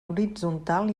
horitzontal